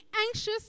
anxious